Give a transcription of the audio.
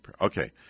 Okay